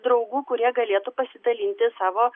draugų kurie galėtų pasidalinti savo